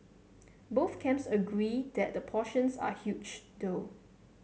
both camps agree that the portions are huge though